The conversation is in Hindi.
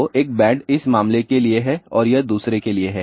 तो एक बैंड इस मामले के लिए है और यह दूसरे के लिए है